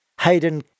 Hayden